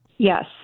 Yes